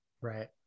Right